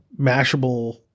Mashable